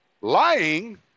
lying